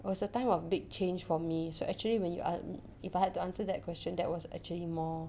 it was a time of big change for me so actually when you are if I had to answer that question that was actually more